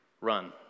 run